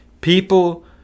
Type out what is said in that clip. people